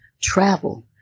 travel